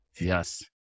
Yes